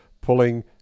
pulling